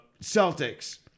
Celtics